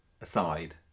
aside